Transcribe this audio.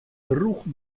drûch